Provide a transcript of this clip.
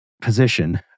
position